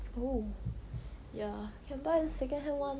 oh ya can buy second hand [one]